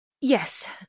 Yes